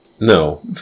no